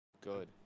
Good